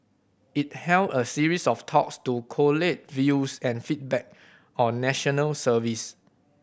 it held a series of talks to collate views and feedback on National Service